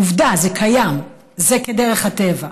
עובדה, זה קיים, זה כדרך הטבע.